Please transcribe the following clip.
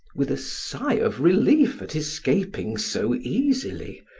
with a sigh of relief at escaping so easily,